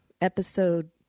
episode